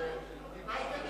קיבלתם את דעתה?